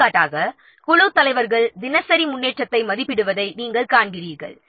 எடுத்துக்காட்டாக குழுத் தலைவர்கள் தினசரி முன்னேற்றத்தை மதிப்பிடுவதை நாம் காண்கிறோம்